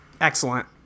Excellent